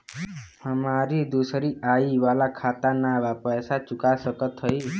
हमारी दूसरी आई वाला खाता ना बा पैसा चुका सकत हई?